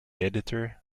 editor